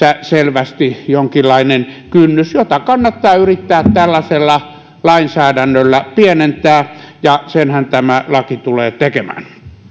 selvästi jonkinlainen kynnys jota kannattaa yrittää tällaisella lainsäädännöllä pienentää ja senhän tämä laki tulee tekemään